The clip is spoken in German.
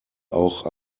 auch